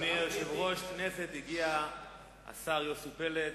היושב-ראש, הגיע השר יוסי פלד,